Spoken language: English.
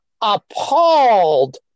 appalled